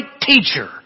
teacher